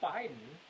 Biden